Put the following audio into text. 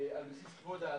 כבוד האדם.